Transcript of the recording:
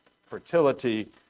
fertility